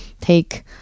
take